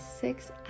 six